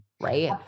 Right